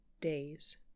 days